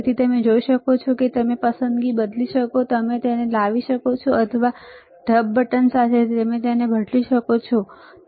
તેથી તમે જોઈ શકો છો કે તમે પસંદગી બદલી શકો છો તમે તેને લાવી શકો છો અથવા તમે આ ઢબ બટન સાથે તમે તેને બદલી શકો છો ખરું